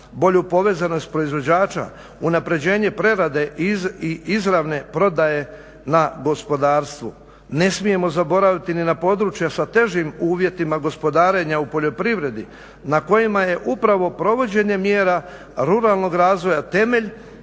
bolju povezanost proizvođača, unapređenje prerade i izravne prodaje na gospodarstvu. Ne smijemo zaboraviti ni na područja sa težim uvjetima gospodarenja u poljoprivredi na kojima je upravo provođenje mjera ruralnog razvoja temelj